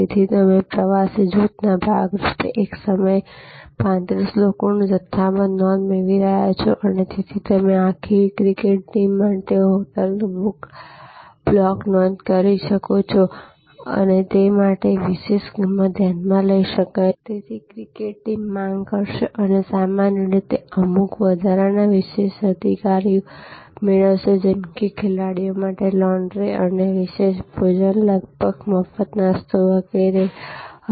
તેથી તમે પ્રવાસી જૂથના ભાગ રૂપે એક સમયે 35 લોકોનું જથ્થાબંધ નોંધ મેળવી રહ્યાં છો અને તેથી તમે આખી ક્રિકેટ ટીમ માટે હોટલનું બ્લોક નોંધ કરી રહ્યાં છો તે માટે વિશેષ કિંમત ધ્યાનમાં લઈ શકાય છે અને તેથી ક્રિકેટ ટીમ માંગ કરશે અને સામાન્ય રીતે અમુક વધારાના વિશેષાધિકારો મેળવશે જેમ કે ખેલાડીઓ માટે લોન્ડ્રી અને વિશેષ ભોજન લગભગ મફત નાસ્તો વગેરે વગેરે